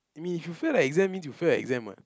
I mean if you fail the exam means you fail the exam what